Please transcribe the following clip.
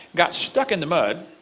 got stuck in the mud,